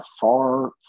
far